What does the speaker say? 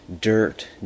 dirt